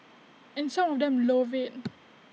and some of them love IT